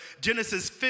Genesis